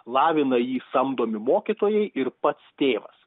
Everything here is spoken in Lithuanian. lavina jį samdomi mokytojai ir pats tėvas